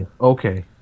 Okay